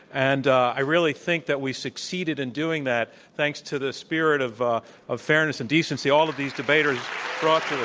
and i really think that we succeeded in doing that thanks to the spirit of ah of fairness and decency all of these debaters brought